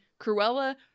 Cruella